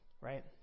right